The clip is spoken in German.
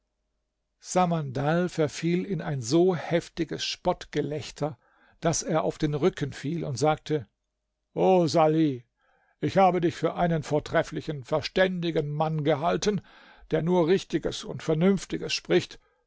samandal verfiel in ein so heftiges spottgelächter daß er auf den rücken fiel und sagte o salih ich habe dich für einen vortrefflichen verständigen mann gehalten der nur richtiges und vernünftiges spricht